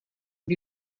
wie